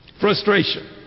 Frustration